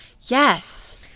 yes